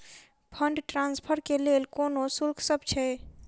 Fund transfer केँ लेल कोनो शुल्कसभ छै?